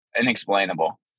inexplainable